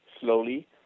slowly